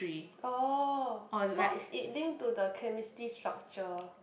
oh so it link to the chemistry structure